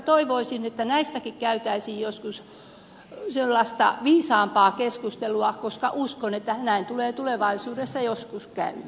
toivoisin että näistäkin käytäisiin joskus sellaista viisaampaa keskustelua koska uskon että näin tulee tulevaisuudessa joskus käymään